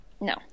No